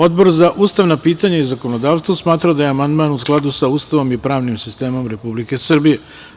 Odbor za ustavna pitanja i zakonodavstvo smatra da je amandman u skladu sa Ustavom i pravnim sistemom Republike Srbije.